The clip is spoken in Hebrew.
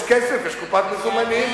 יש כסף, יש קופת מזומנים.